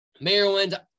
Maryland